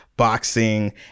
boxing